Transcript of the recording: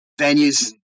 venues